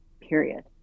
period